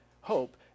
Hope